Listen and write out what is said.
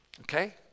Okay